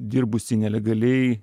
dirbusį nelegaliai